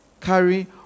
carry